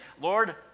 Lord